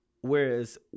whereas